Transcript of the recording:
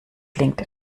klingt